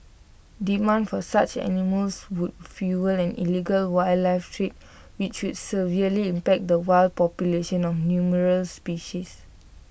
demand for such animals would fuel an illegal wildlife trade which would severely impact the wild populations of numerous species